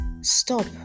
stop